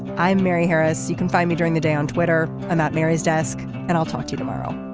i'm mary harris. you can find me during the day on twitter. and that mary's desk and i'll talk to you tomorrow